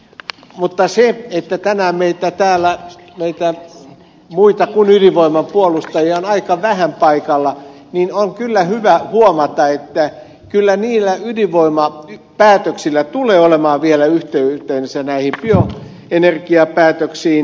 mutta se että tänään meitä täällä muita kuin ydinvoiman puolustajia on aika vähän paikalla niin on kyllä hyvä huomata että kyllä niillä ydinvoimapäätöksillä tulee olemaan vielä yhteytensä näihin bioenergiapäätöksiin